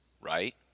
right